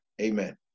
Amen